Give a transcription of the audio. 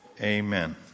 Amen